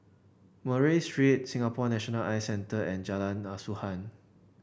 Murray Street Singapore National Eye Centre and Jalan Asuhan